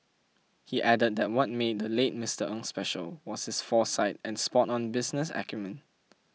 he added that what made the late Mister Ng special was his foresight and spot on business acumen